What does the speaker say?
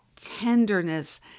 tenderness